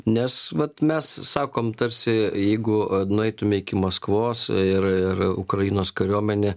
nes vat mes sakom tarsi jeigu nueitume iki maskvos ir ir ukrainos kariuomenė